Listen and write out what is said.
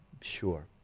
Sure